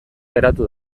geratu